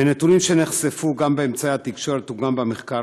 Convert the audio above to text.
מנתונים שנחשפו גם באמצעי התקשורת וגם במחקר